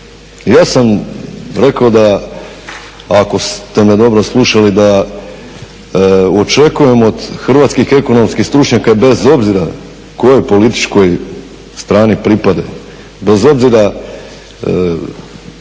Ja sam rekao ako ste me dobro slušali da očekujem od hrvatskih ekonomskih stručnjaka bez obzira kojoj političkoj strani pripadaju, bez obzira